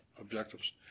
objectives